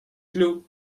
flue